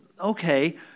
okay